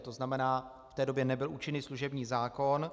To znamená, v té době nebyl účinný služební zákon.